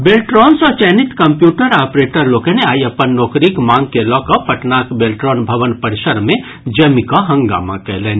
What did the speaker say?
बेल्ट्रॉन सँ चयनित computer operator लोकनि आइ अपन नोकरीक मांग के लऽ कऽ पटनाक बेल्ट्रॉन भवन परिसर मे जमिकऽ हंगामा कयलनि